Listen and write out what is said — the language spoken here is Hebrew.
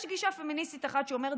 יש גישה פמיניסטית אחת שאומרת,